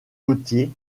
gauthier